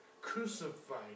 crucified